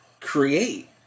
create